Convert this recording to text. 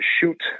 shoot